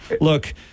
look